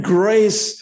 grace